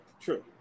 true